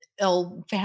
ill